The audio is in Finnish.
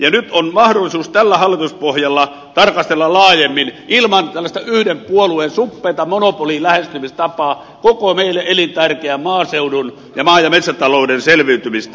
nyt on mahdollisuus tällä hallituspohjalla tarkastella laajemmin ilman tällaista yhden puolueen suppeata monopolilähestymistapaa koko meille elintärkeän maaseudun ja maa ja metsätalouden selviytymistä